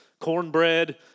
cornbread